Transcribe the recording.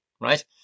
right